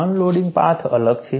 unloading path અલગ છે